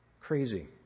Crazy